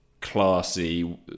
classy